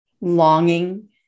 longing